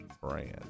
brand